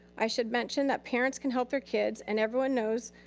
i should mention that parents can help their kids and everyone knows